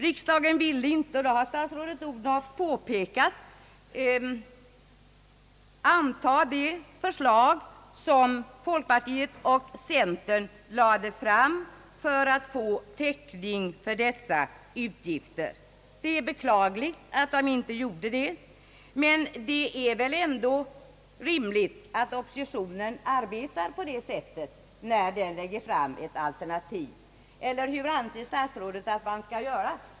Riksdagen ville inte — och det har statsrådet Odhnoff påpekat — anta det förslag som folkpartiet och centern lade fram för att få täckning för de utgifter denna höjning skulle innebära. Det är beklagligt att man inte gjorde det. Men det är väl ändå rimligt att oppositionen arbetar på det sättet när den lägger fram ett alternativ — eller hur anser statsrådet att man skall göra?